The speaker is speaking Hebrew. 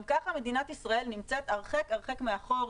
גם ככה מדינת ישראל נמצאת הרחק הרחק מאחור.